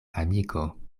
amiko